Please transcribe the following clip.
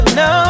no